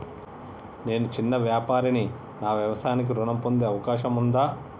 నేను చిన్న వ్యాపారిని నా వ్యాపారానికి ఋణం పొందే అవకాశం ఉందా?